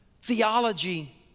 Theology